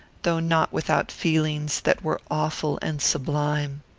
though not without feelings that were awful and sublime.